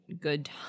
good